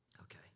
Okay